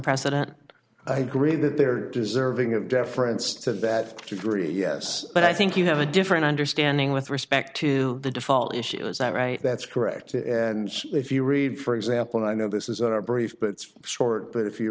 precedent i agree that there deserving of deference to that degree yes but i think you have a different understanding with respect to the default issue is that right that's correct and if you read for example i know this is our brief but it's short but if you